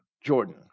Jordan